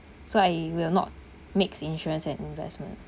so I will not mix insurance and investment